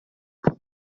pour